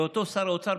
ואותו שר אוצר,